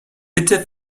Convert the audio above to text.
bitte